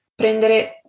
prendere